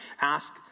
ask